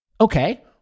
Okay